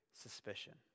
suspicion